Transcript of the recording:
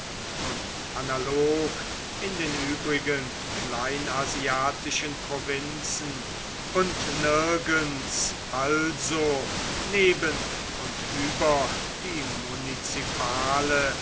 und analog in den übrigen kleinasiatischen provinzen und nirgends also neben und über die